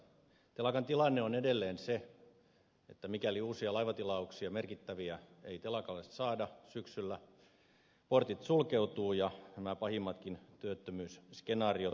telakan tilanne on edelleen se että mikäli uusia merkittäviä laivatilauksia ei telakalle saada syksyllä portit sulkeutuvat ja nämä pahimmatkin työttömyysskenaariot toteutuvat